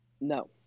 No